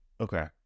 Okay